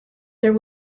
there